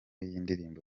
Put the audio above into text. y’indirimbo